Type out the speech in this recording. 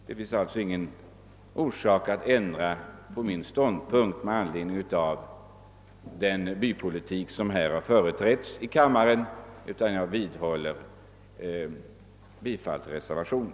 Det finns alltså ingen anledning för mig att ändra ståndpunkt med anledning av den bypolitik som företrädes här i kammaren, utan jag vidhåller mitt yrkande om bifall till reservationen.